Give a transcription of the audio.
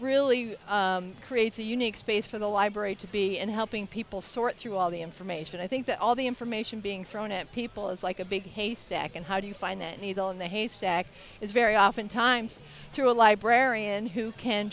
really creates a unique space for the library to be and helping people sort through all the information i think that all the information being thrown at people is like a big haystack and how do you find that needle in the haystack is very often times through a librarian who can